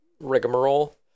rigmarole